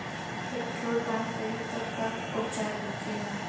Petrol पान करी तब का उपचार होखेला?